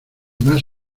vas